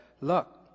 look